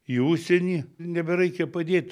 į užsienį nebereikia padėt